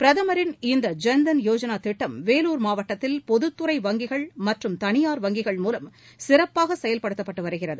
பிரதமரின் இந்த ஜன்தன் யோஜனா திட்டம் வேலூர் மாவட்டத்தில் பொதுத்துறை வங்கிகள் மற்றும் தனியார் வங்கிகள் மூலம் சிறப்பாக செயல்படுத்தப்பட்டு வருகிறது